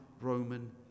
Roman